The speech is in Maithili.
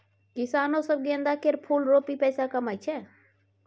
किसानो सब गेंदा केर फुल रोपि पैसा कमाइ छै